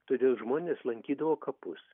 todėl žmonės lankydavo kapus